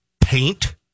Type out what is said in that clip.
Paint